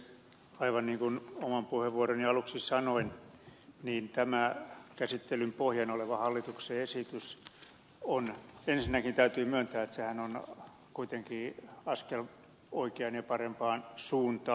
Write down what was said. aivan niin kuin oman puheenvuoroni aluksi sanoin tämä käsittelyn pohjana oleva hallituksen esitys on ensinnäkin täytyy myöntää kuitenkin askel oikeaan ja parempaan suuntaan